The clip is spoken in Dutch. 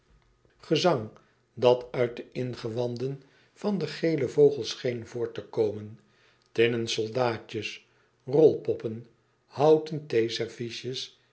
gezang dat uit de ingewanden van den gelen vogel scheen voort te komen tinnen soldaatjes rolpoppen houten theeserviesjes